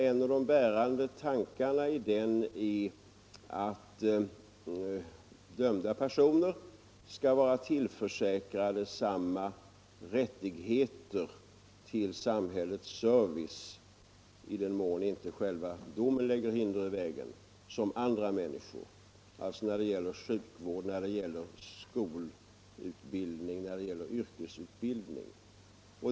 En av de bärande tankarna i denna reform är att dömda personer skall vara tillförsäkrade samma rättigheter till samhällets service — i den mån inte själva domen lägger hinder i vägen - som andra människor, alltså i fråga om sjukvård, skolutbildning och yrkesutbildning.